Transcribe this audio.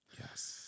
Yes